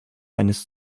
eines